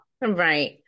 Right